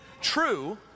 true